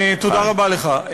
תודה רבה לך.